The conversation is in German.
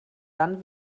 dann